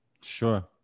Sure